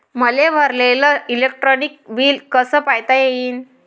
मले भरलेल electric bill कस पायता येईन?